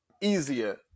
easier